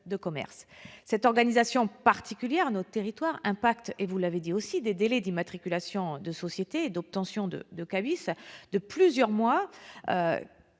de commerce. Cette organisation particulière à nos territoires impacte, vous l'avez également souligné, les délais d'immatriculation de sociétés et d'obtention de K Bis de plusieurs mois.